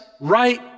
right